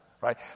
right